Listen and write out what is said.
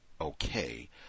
okay